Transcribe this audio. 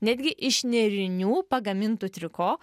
netgi iš nėrinių pagamintu triko